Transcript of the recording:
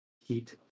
heat